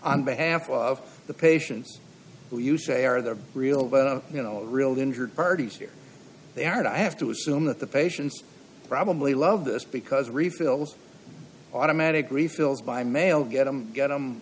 on behalf of the patients who you say are the real you know real injured parties here they are i have to assume that the patients probably love this because refills automatic refills by mail get them got